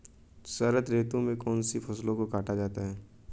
शरद ऋतु में कौन सी फसलों को काटा जाता है?